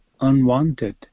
unwanted